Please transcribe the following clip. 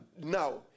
now